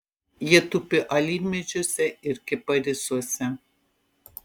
jie tupi alyvmedžiuose ir kiparisuose